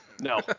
No